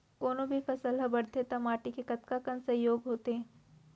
कोनो भी फसल हा बड़थे ता माटी के कतका कन सहयोग होथे?